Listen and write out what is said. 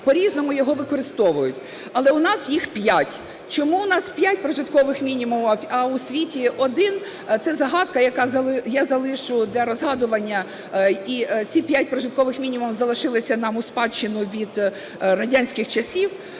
по-різному його використовують. Але у нас їх п'ять. Чому у нас 5 прожиткових мінімумів, а у світі один – це загадка, яку я залишу для розгадування. Ці п'ять прожиткових мінімумів залишилися нам у спадщину від радянських часів.